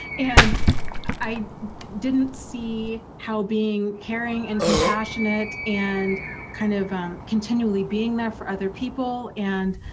and i didn't see how being caring and compassionate and kind of continually being there for other people and